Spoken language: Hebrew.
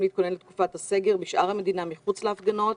להתכונן לתקופת הסגר בשאר המדינה מחוץ להפגנות.